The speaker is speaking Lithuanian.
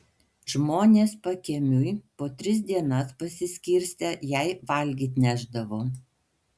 žmonės pakiemiui po tris dienas pasiskirstę jai valgyt nešdavo